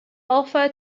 alpha